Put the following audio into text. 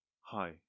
Hi